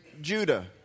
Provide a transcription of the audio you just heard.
Judah